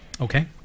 Okay